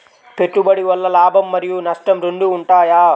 పెట్టుబడి వల్ల లాభం మరియు నష్టం రెండు ఉంటాయా?